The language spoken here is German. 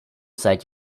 seit